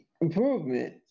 improvement